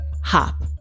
Hop